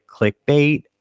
clickbait